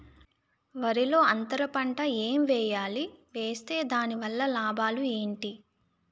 వరిలో అంతర పంట ఎం వేయాలి? వేస్తే దాని వల్ల లాభాలు ఏంటి?